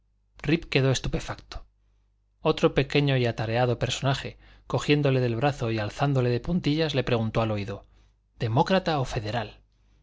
quedó estupefacto otro pequeño y atareado personaje cogiéndole del brazo y alzándose de puntillas le preguntó al oído demócrata o federal